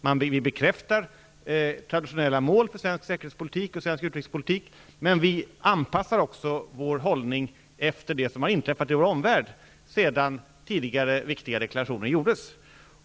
Traditionella mål för svensk säkerhetspolitik och svensk utrikespolitik bekräftas, men vår hållning anpassas också efter det som har inträffat i vår omvärld sedan tidigare viktiga deklarationer gjordes.